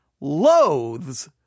loathes